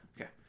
Okay